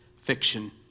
fiction